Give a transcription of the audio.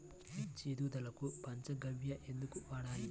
మిర్చి ఎదుగుదలకు పంచ గవ్య ఎందుకు వాడాలి?